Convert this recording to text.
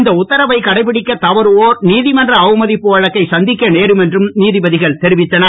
இந்த உத்தரவை கடைப்பிடிக்க தவறுவோர் நீதிமன்ற அவமதிப்பு வழக்கை சந்திக்க நேரும் என்றும் நீதபதிகள் தெரிவித்தனர்